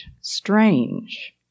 strange